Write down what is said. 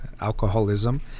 alcoholism